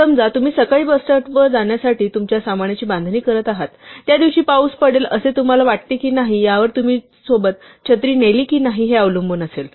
समजा तुम्ही सकाळी बसस्टॉपवर जाण्यासाठी तुमच्या सामानाची बांधणी करत आहात त्या दिवशी पाऊस पडेल असे तुम्हाला वाटते की नाही यावर तुम्ही छत्री सोबत नेली की नाही हे अवलंबून असेल